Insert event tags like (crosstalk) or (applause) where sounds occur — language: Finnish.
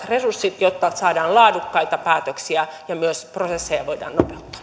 (unintelligible) resurssit jotta saadaan laadukkaita päätöksiä ja myös prosesseja voidaan